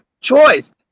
choice